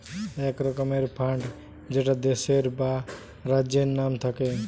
এক রকমের ফান্ড যেটা দেশের বা রাজ্যের নাম থাকে